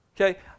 Okay